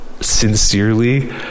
sincerely